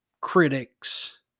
critics